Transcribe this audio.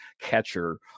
catcher